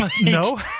no